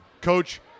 Coach